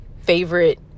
favorite